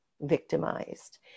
victimized